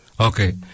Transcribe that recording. Okay